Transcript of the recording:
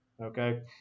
okay